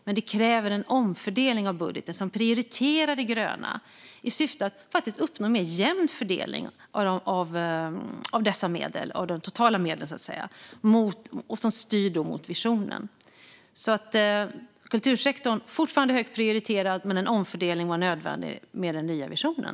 Men de kräver en omfördelning av budgeten som prioriterar det gröna i syfte att faktiskt uppnå en mer jämn fördelning av dessa medel, av de totala medlen, som styr mot visionen. Kultursektorn är alltså fortsatt högt prioriterad. Men en omfördelning var nödvändig i och med den nya visionen.